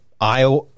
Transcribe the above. Iowa